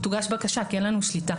תוגש בקשה כי אין לנו שליטה.